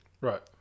right